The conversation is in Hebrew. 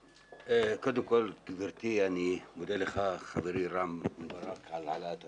קודם כל, אני מודה לך, חברי רם, על העלאת הנושא.